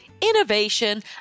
innovation